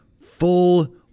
full